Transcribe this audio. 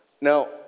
Now